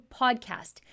PODCAST